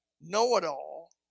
know-it-all